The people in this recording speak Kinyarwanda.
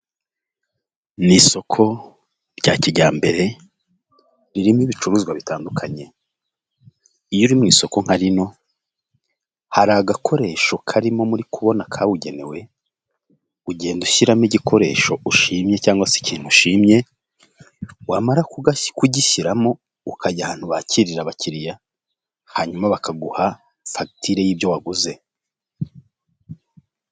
Ni isoko rya kijyambere ririmo ibicuruzwa bitandukanye iyo uri mu isoko nka rino hari agakoresho karimo muri kubona kabugenewe ugenda ushyiramo igikoresho ushimye cyangwa se ikintu ushimye wamara kugishyiramo ukajya ahantu bakirira abakiriya hanyuma bakaguha fagitire y'ibyo waguze.